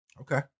okay